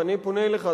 ואני פונה אליך,